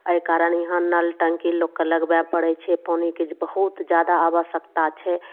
अइ कारण यहाँ नल टङ्की लोकके लगबऽ पड़य छै पानिके बहुत जादा आवश्यकता छै